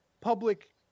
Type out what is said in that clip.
public